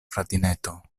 fratineto